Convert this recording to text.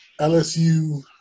LSU